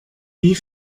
wie